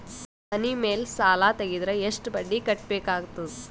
ಮನಿ ಮೇಲ್ ಸಾಲ ತೆಗೆದರ ಎಷ್ಟ ಬಡ್ಡಿ ಕಟ್ಟಬೇಕಾಗತದ?